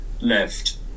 left